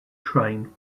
train